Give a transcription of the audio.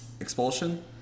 expulsion